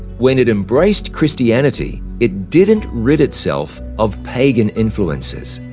when it embraced christianity it didn't rid itself of pagan influences.